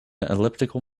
elliptical